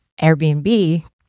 Airbnb